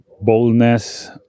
boldness